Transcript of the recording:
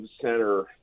center